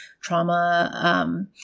trauma